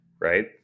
right